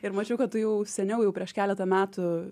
ir mačiau kad tu jau seniau jau prieš keletą metų